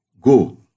go